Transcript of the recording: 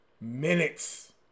Minutes